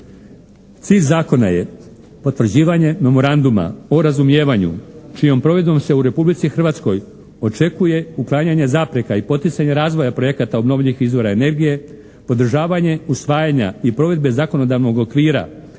Cilj Zakona je potvrđivanje Memoranduma o razumijevanju čijom provedbom se u Republici Hrvatskoj očekuje uklanjanje zapreka i poticanja razvoja projekata obnovljivih izvora energije, podržavanje usvajanja i provedbe zakonodavnog okvira